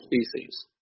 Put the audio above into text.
species